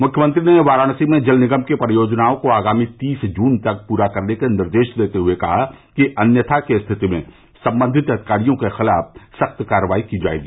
मुख्यमंत्री ने वाराणसी में जल निगम की परियोजनाओं को आगामी तीस जून तक पूरा करने के निर्देष देते हुए कहा कि अन्यथा की स्थिति में संबंधित अधिकारियों के खिलाफ सख्त कार्रवाई की जायेगी